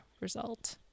result